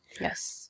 Yes